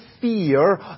fear